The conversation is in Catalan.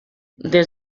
des